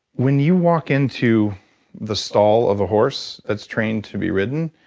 when you walk into the stall of a horse that's trained to be ridden,